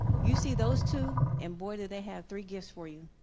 you see those two and boy do they have free gifts for you.